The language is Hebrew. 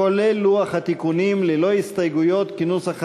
כולל לוח התיקונים, ללא הסתייגויות, כנוסח הוועדה.